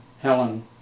Helen